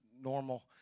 normal